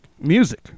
Music